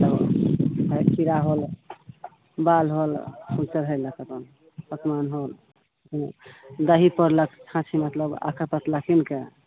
खीरा होल बालि होल ओ चढ़ैलक अपन पकवान होल दही पौरलक